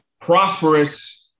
prosperous